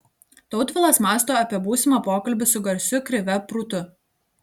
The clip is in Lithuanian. tautvilas mąsto apie būsimą pokalbį su garsiu krive prūtu